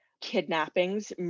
kidnappings